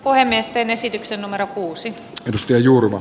ainesten esityksen numero kuusi risto juurmaa